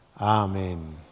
Amen